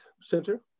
center